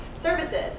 services